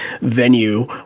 venue